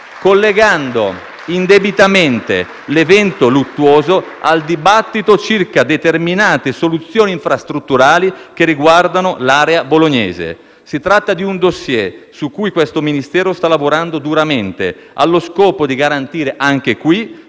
collegando indebitamente l'evento luttuoso al dibattito circa determinate soluzioni infrastrutturali, che riguardano l'area bolognese. Si tratta di un *dossier* su cui questo Ministero sta lavorando duramente, allo scopo di garantire anche in